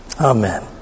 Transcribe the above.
Amen